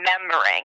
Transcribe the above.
remembering